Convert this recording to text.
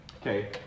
Okay